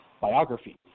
biography